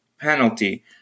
penalty